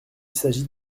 s’agit